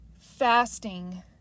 fasting